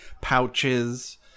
Pouches